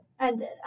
ended